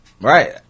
Right